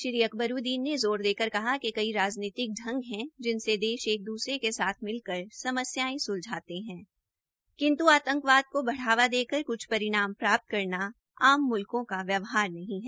श्री अकबरूदीन ने जोर देकर कहा कि कई राजनीतिक ढंग हैं जिनसे देश एक दूसरे के साथ मिलकर समस्याएं सुलझाते हैं किंतु आतंकवाद को बढावा देकर कुछ परिणाम प्राप्त करना आम मुल्कों का व्यवहार नहीं है